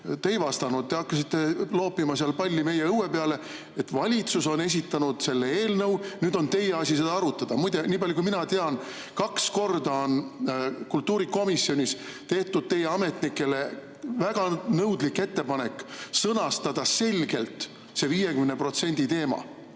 Te ei vastanud, te hakkasite loopima palli meie õue peale, et valitsus on esitanud selle eelnõu, nüüd on teie asi seda arutada. Muide, nii palju, kui mina tean, kaks korda on kultuurikomisjonis tehtud teie ametnikele väga nõudlik ettepanek sõnastada selgelt see 50% teema.